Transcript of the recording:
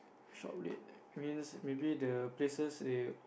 shop late means maybe the places they